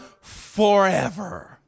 forever